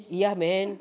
ya man